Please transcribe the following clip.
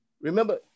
Remember